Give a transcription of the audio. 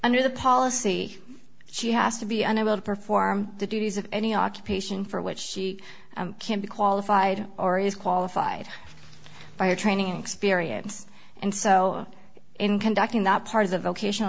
under the policy she has to be unable to perform the duties of any occupation for which she can be qualified or is qualified by her training experience and so in conducting that part of the vocational